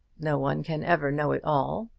no one can ever know it all.